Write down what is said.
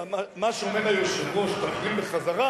מה שאומר היושב-ראש, תחרים בחזרה,